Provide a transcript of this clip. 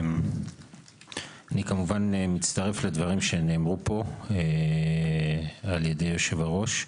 אני כמובן מצטרף לדברים שנאמרו פה על ידי יושב-הראש.